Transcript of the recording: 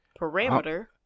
parameter